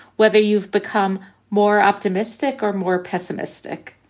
whether you've become more optimistic or more pessimistic